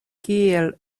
kiel